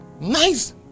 Nice